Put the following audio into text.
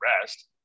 rest